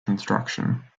construction